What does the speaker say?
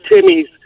Timmy's